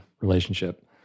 relationship